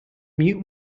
mute